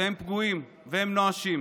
והם פגועים, והם נואשים,